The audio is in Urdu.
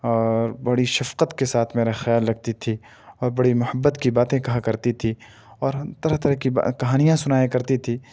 اور بڑی شفقت کے ساتھ میرا خیال رکھتی تھی اور بڑی محبت کی باتیں کہا کرتی تھی اور طرح طرح کی کہانیاں سنایا کرتی تھی